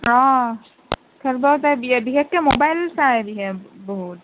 অঁ খেলবও যায় বিশেষকৈ মোবাইল চাই বিশেষকৈ বহুত